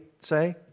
say